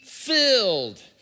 filled